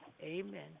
Amen